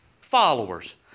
Followers